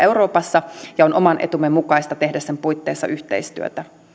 euroopassa ja on oman etumme mukaista tehdä sen puitteissa yhteistyötä